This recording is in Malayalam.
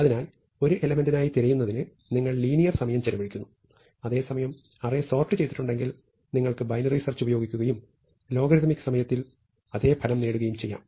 അതിനാൽ ഒരു എലെമെന്റിനായി തിരയുന്നതിന് നിങ്ങൾ ലീനിയർ സമയം ചെലവഴിക്കുന്നു അതേസമയം അറേ സോർട് ചെയ്തിട്ടുണ്ടെങ്കിൽ നിങ്ങൾക്ക് ബൈനറി സെർച്ച് ഉപയോഗിക്കുകയും ലോഗരിഥമിക് സമയ ത്തിൽ അതേ ഫലം നേടുകയും ചെയ്യാം